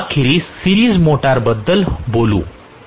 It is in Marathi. आपण अखेरीस सिरीज मोटरबद्दल बोलू